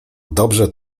dobrze